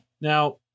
Now